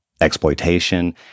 exploitation